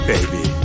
Baby